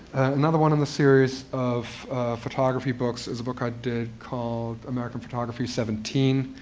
another one in the series of photography books is a book i did called american photography seventeen.